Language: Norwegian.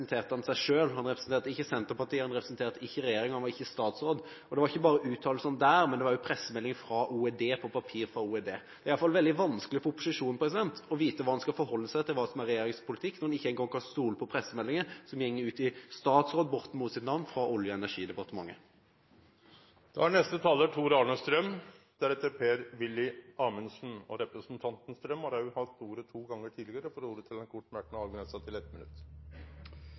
han seg selv. Han representerte ikke Senterpartiet, han representerte ikke regjeringen, han var ikke statsråd. Og det var jo ikke bare uttalelsene der – det var også pressemeldingen fra OED, på papir fra OED. Det er iallfall veldig vanskelig for opposisjonen å vite hva en skal forholde seg til, hva som er regjeringens politikk, når en ikke engang kan stole på pressemeldinger som går ut i statsråd Borten Moes navn fra Olje- og energidepartementet. Representanten Tor-Arne Strøm har også hatt ordet to gonger tidlegare og får ordet til ein kort merknad, avgrensa til 1 minutt.